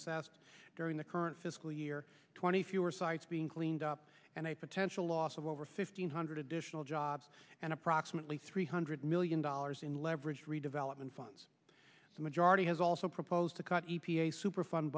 assessed during the current fiscal year twenty fewer sites being cleaned up and a potential loss of over fifteen hundred additional jobs and approximately three hundred million dollars in leveraged redevelopment funds the majority has also proposed to cut a p a superfun